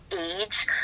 age